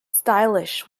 stylish